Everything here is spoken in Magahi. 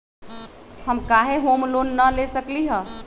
हम काहे होम लोन न ले सकली ह?